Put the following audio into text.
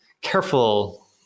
careful